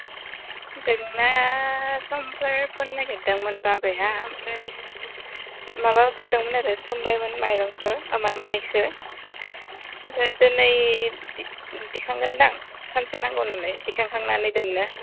जोंना समफोर फोनो नागिरदोंमोन बाबाया ओमफ्राय माबा होदोंमोन आरो सोमबायमोन माइरंखो ओ मा मायखो ओमफ्राय दिनै दिखांगोन दां सानसे नांगौ नालाय दिखां खांनानै दोन्नो